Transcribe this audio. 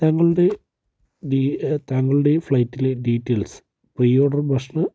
താങ്കളുടെ താങ്കുടെ ഫ്ലൈറ്റിലെ ഡീറ്റെയിൽസ് പ്രീ ഓർഡർ ഭക്ഷണം